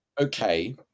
Okay